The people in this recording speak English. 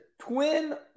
twin